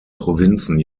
provinzen